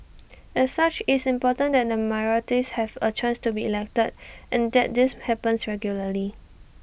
as such it's important that the minorities have A chance to be elected and that this happens regularly